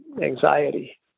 anxiety